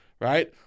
right